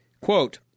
Quote